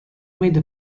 made